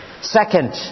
Second